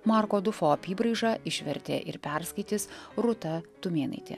marko dufo apybraižą išvertė ir perskaitys rūta tumėnaitė